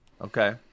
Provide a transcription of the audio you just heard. Okay